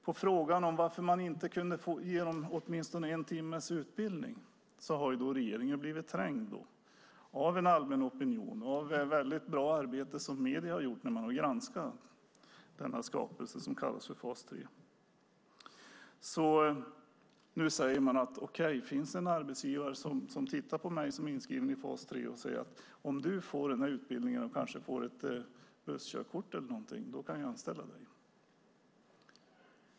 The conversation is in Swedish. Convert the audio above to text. På frågan varför man inte kunde få igenom åtminstone en timmes utbildning har regeringen blivit trängd av en allmän opinion och av medierna som gjort ett bra arbete när de granskat den skapelse som kallas för fas 3. Nu säger man att okej, finns det en arbetsgivare som tittar på mig som är inskriven i fas 3 och säger att om jag får en utbildning, kanske får ett busskörkort eller någonting sådant, kan han eller hon anställa mig.